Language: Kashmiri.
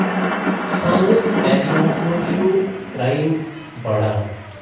سانِس ایریاہَس منٛز چھُ کرٛایِم بَڑان